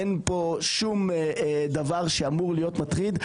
אין פה שום דבר שאמור להיות מטריד.